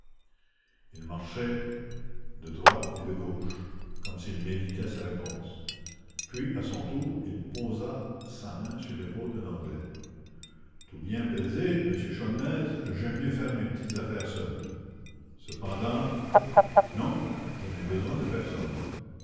il marcha de droite et de gauche comme s'il méditait sa réponse puis à son tour il posa sa main sur l'épaule de l'anglais tout bien pesé m sholmès j'aime mieux faire mes petites affaires seul cependant non je n'ai besoin de personne